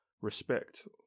respect